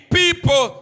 people